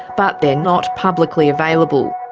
but they're not publicly available.